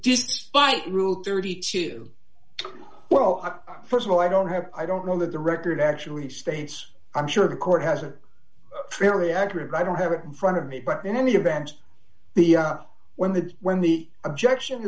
despite rule thirty two well st of all i don't have i don't know that the record actually stands i'm sure the court has a very accurate i don't have a front of me but in any event the when the when the objection